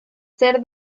ser